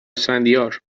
اسفندیار